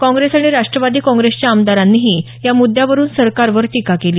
काँग्रेस आणि राष्टवादी काँग्रेसच्या आमदारांनीही या मुद्यावरुन सरकारवर टीका केली